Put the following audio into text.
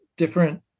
different